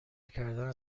کردن